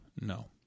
No